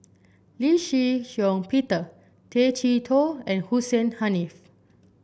Lee Shih Shiong Peter Tay Chee Toh and Hussein Haniff